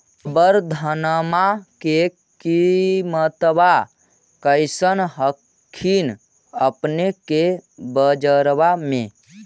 अबर धानमा के किमत्बा कैसन हखिन अपने के बजरबा में?